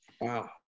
Wow